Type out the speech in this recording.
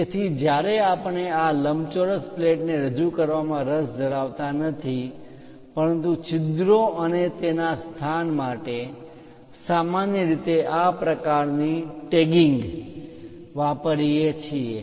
તેથી જ્યારે આપણે આ લંબચોરસ પ્લેટને રજુ કરવામાં રસ ધરાવતા નથી પરંતુ છિદ્રો અને તેના સ્થાન માટે સામાન્ય રીતે આપણે આ પ્રકારની ટેગિંગ tagging માપ બતાવવા ની રીત વાપરીએ છીએ